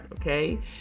okay